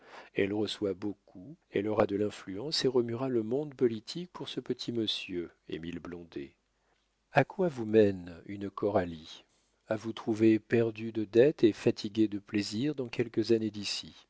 elle reçoit beaucoup elle aura de l'influence et remuera le monde politique pour ce petit monsieur émile blondet a quoi vous mène une coralie à vous trouver perdu de dettes et fatigué de plaisirs dans quelques années d'ici